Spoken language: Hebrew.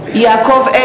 (קוראת בשמות חברי הכנסת) יעקב אדרי,